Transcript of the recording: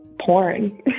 porn